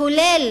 כולל